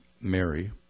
Mary